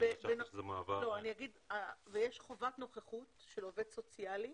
יש חובת נוכחות של עובד סוציאלי